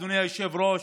אדוני היושב-ראש,